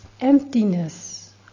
emptiness